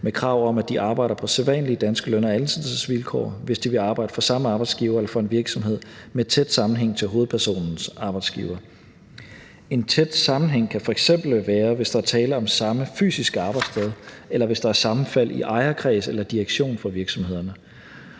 med krav om, at de arbejder på sædvanlige danske løn- og ansættelsesvilkår, hvis de vil arbejde for samme arbejdsgiver eller for en virksomhed med en tæt sammenhæng til hovedpersonens arbejdsgiver. En tæt sammenhæng kan f.eks. være, hvis der er tale om samme fysiske arbejdssted, eller hvis der er sammenfald i ejerkreds eller direktion for virksomhederne.